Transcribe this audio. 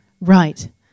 Right